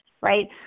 right